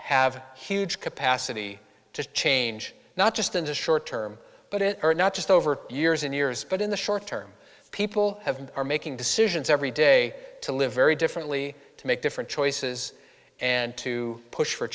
have huge capacity to change not just in the short term but it or not just over years and years but in the short term people have are making decisions every day to live very differently to make different choices and to push for